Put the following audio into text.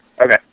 Okay